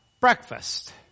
breakfast